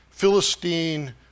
Philistine